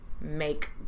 Make